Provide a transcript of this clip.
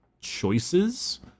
choices